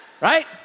Right